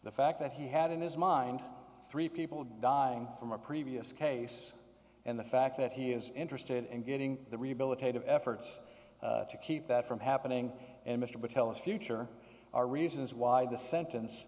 the fact that he had in his mind three people dying from a previous case and the fact that he is interested in getting the rehabilitative efforts to keep that from happening and mr patel is future are reasons why the sentence